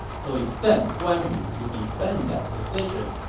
so he sent guan yu to defend that position,